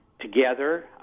together